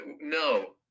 no